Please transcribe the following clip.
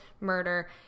murder